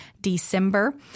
December